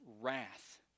wrath